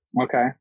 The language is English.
Okay